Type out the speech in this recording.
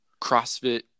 CrossFit